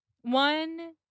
one